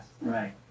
Right